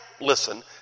Listen